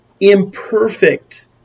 imperfect